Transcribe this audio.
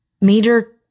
major